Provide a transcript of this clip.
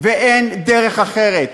ואין דרך אחרת.